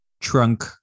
trunk